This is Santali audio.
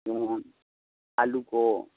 ᱡᱮᱢᱚᱱ ᱟᱹᱞᱩ ᱠᱚ